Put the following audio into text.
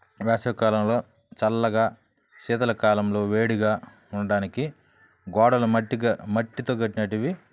వేసవి కాలంలో చల్లగా శీతా కాలంలో వేడిగా ఉండడానికి గోడలు మట్టితో కట్టినవి